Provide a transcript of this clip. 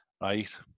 Right